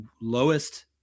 lowest